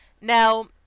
Now